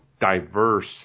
diverse